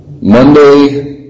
Monday